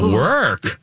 work